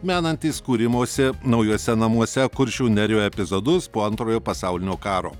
menantys kūrimosi naujuose namuose kuršių nerijoj epizodus po antrojo pasaulinio karo